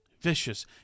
Vicious